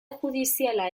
judiziala